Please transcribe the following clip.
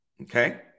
Okay